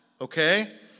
okay